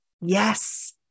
Yes